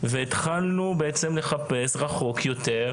התקבלה למודיעין בצה"ל,